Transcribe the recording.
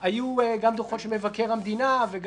אני מבקש לפתוח את